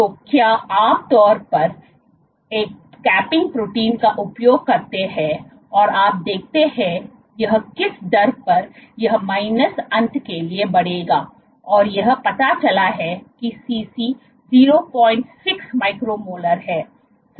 तो आप आम तौर पर एक कैपिंग प्रोटीन का उपयोग करते हैं और आप देखते हैं कि यह किस दर पर यह माइनस अंत के लिए बढ़ेगा और यह पता चला है कि सीसी 06 माइक्रो मोलर है संकेंद्रण पर